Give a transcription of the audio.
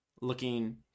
looking